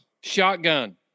Shotgun